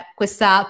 questa